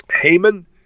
Haman